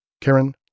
Karen